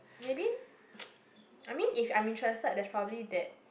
maybe I mean if I'm interested there's probably that